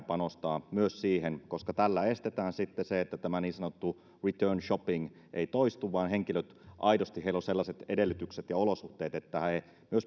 panostaa myös siihen koska tällä estetään sitten se että tämä niin sanottu return shopping ei toistu vaan henkilöillä aidosti on sellaiset edellytykset ja olosuhteet että he myös